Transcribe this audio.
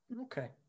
Okay